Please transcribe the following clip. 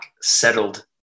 settled